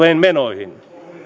menoihin